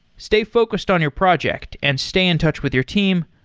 stay focused on your project and stay in touch with your team.